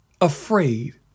afraid